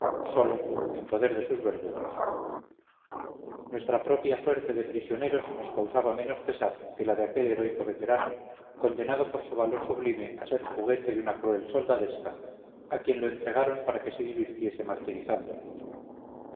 solo en poder de sus verdugos nuestra propia suerte de prisioneros nos causaba menos pesar que la de aquel heroico veterano condenado por su valor sublime a ser juguete de una cruel soldadesca a quien lo entregaron para que se divirtiese martirizándole